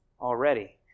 already